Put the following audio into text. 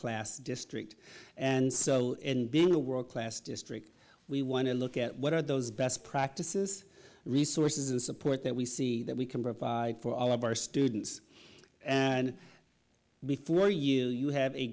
class district and so being a world class district we want to look at what are those best practices resources and support that we see that we can provide for all of our students and before you know you have a